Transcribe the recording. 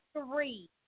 three